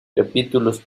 capítulos